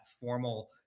formal